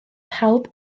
pawb